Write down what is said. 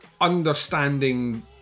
understanding